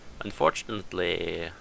Unfortunately